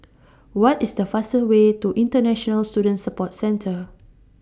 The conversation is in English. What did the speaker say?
What IS The fastest Way to International Student Support Centre